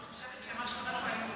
אני חושבת שמה שקורה כאן זה